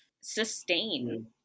sustain